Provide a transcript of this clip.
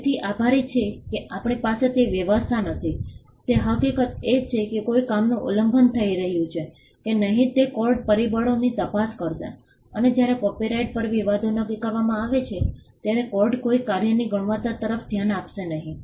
તેથી આભારી છે કે આપણી પાસે તે વ્યવસ્થા નથી તે હકીકત એ છે કે કોઈ કામનું ઉલ્લંઘન થઈ રહ્યું છે કે નહીં તે કોર્ટ પરિબળોની તપાસ કરશે અને જ્યારે કોપીરાઇટ પર વિવાદો નક્કી કરવામાં આવે ત્યારે કોર્ટ કોઈ કાર્યની ગુણવત્તા તરફ ધ્યાન આપશે નહીં